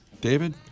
David